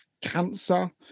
cancer